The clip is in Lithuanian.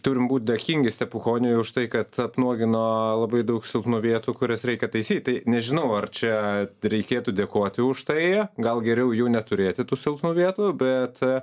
turim būti dėkingi stepukoniui už tai kad apnuogino labai daug silpnų vietų kurias reikia taisyt tai nežinau ar čia reikėtų dėkoti už tai gal geriau jų neturėti tų silpnų vietų bet